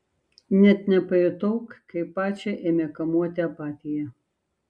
net nepajutau kaip pačią ėmė kamuoti apatija